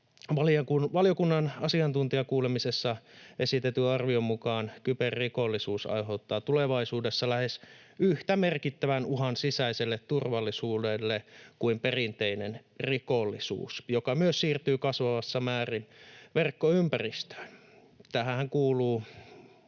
Valiokunnan asiantuntijakuulemisessa esitetyn arvion mukaan kyberrikollisuus aiheuttaa tulevaisuudessa lähes yhtä merkittävän uhan sisäiselle turvallisuudelle kuin perinteinen rikollisuus, joka myös siirtyy kasvavassa määrin verkkoympäristöön. Tähänhän kuuluvat